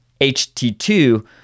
HT2